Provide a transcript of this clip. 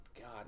God